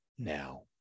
now